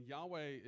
Yahweh